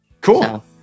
Cool